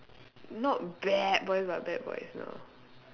not bad boys but bad boys you know